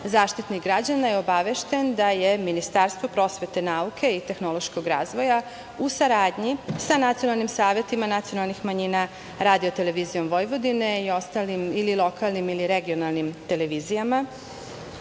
Zaštitnik građana je obavešten da je Ministarstvo, prosvete, nauke i tehnološkog razvoja u saradnji sa nacionalnim savetima nacionalnih manjina Radio-televizijom Vojvodine i ostalim ili lokalnim ili regionalnim televizijama.